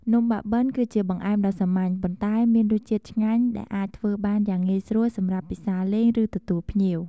នំបាក់បិនគឺជាបង្អែមដ៏សាមញ្ញ ប៉ុន្តែមានរសជាតិឆ្ងាញ់ ដែលអាចធ្វើបានយ៉ាងងាយស្រួលសម្រាប់ពិសារលេង ឬទទួលភ្ញៀវ។